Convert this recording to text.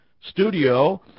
studio